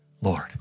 Lord